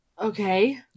Okay